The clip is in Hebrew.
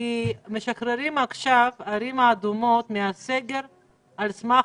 שמשחררים עכשיו ערים אדומות מהסגר על סמך